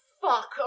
fuck